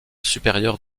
supérieure